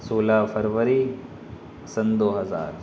سولہ فروری سن دو ہزار